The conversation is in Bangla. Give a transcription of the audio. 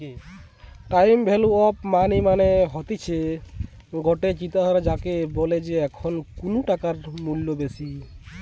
টাইম ভ্যালু অফ মানি মানে হতিছে গটে চিন্তাধারা যাকে বলে যে এখন কুনু টাকার মূল্য বেশি